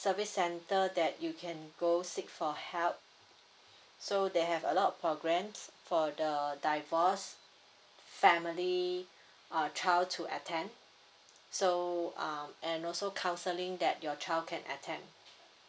service center that you can go seek for help so they have a lot of programs for the divorced family uh child to attend so um and also counselling that your child can attend